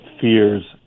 fears